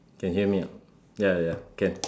can hear me or not ya ya ya can